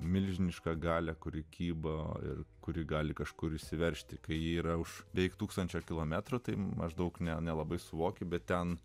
milžiniška galia kuri kybo ir kuri gali kažkur išsiveržti kai ji yra už veik tūkstančio kilometrų maždaug nelabai suvokiu bet ten